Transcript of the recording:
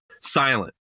Silent